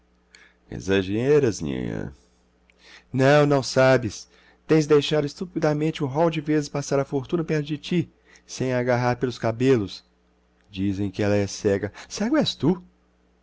exageras nhanhã não não sabes tens deixado estupidamente um rol de vezes passar a fortuna perto de ti sem a agarrar pelos cabelos dizem que ela é cega cego és tu